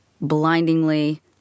blindingly